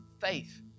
faith